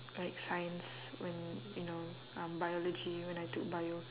like science when you know um biology when I took bio